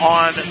on